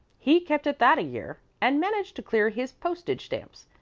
he kept at that a year, and managed to clear his postage-stamps.